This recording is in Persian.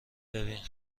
ببین